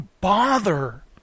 bother